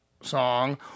song